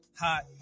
hot